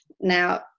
Now